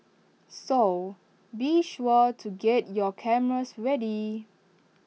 so be sure to get your cameras ready